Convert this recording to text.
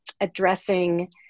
addressing